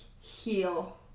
heal